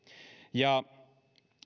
ja